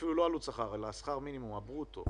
אפילו לא עלות שכר אלא שכר המינימום, הברוטו